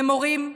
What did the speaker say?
למורים,